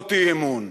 הצבעות אי-אמון.